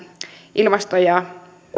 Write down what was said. energia ja